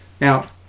Now